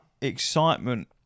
excitement